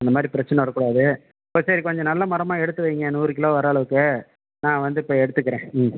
அந்த மாதிரி பிரச்சின வரக்கூடாது அப்போ சரி கொஞ்சம் நல்ல மரமாக எடுத்து வைங்க நூறு கிலோ வர அளவுக்கு நா வந்து இப்ப எடுத்துக்குறேன் ம்